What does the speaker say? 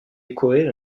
découvrir